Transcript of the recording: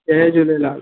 Jay Jhulelal